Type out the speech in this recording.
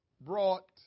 brought